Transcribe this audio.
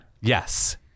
Yes